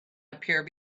appear